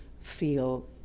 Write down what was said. feel